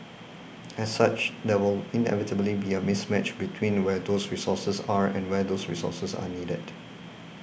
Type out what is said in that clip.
as such there will inevitably be a mismatch between where those resources are and where those resources are needed